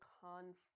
conflict